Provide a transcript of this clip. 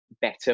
better